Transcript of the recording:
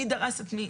מי דרס את מי.